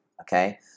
okay